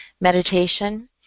meditation